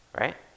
right